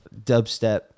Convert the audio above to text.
Dubstep